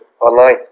online